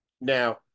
Now